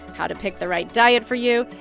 how to pick the right diet for you.